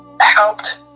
helped